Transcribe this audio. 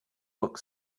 look